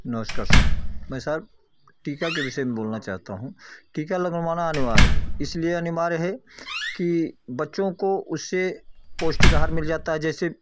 नमस्कार सर मैं साहब टीका के विषय में बोलना चाहता हूँ टीका लगवाना अनिवार्य है इसलिए अनिवार्य है की बच्चों को उससे पौष्टिक आहार मिल जाता है जैसे